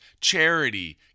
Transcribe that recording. charity